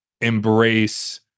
embrace